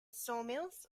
sawmills